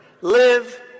live